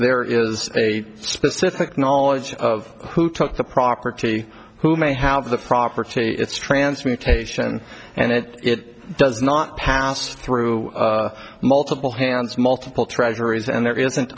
there is a specific knowledge of who took the property who may have the property it's transmutation and it it does not pass through multiple hands multiple treasuries and there is